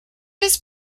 his